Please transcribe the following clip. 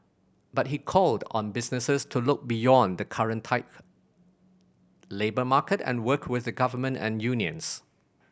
but he called on businesses to look beyond the current tight labour market and work with the Government and unions